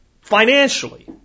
financially